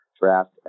Draft